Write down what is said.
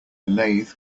lathe